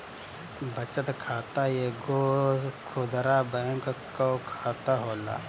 बचत खाता एगो खुदरा बैंक कअ खाता होला